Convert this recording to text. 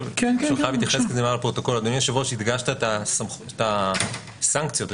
הדגשת את הסנקציות,